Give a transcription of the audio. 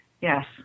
Yes